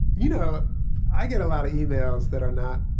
you know i get a lot of emails that are not,